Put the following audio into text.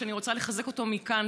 ואני רוצה לחזק אותו מכאן.